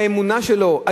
האמונה שלהם,